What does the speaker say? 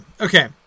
okay